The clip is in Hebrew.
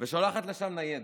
ושולחת לשם ניידת.